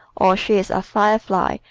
or she is a firefly,